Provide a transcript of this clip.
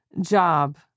job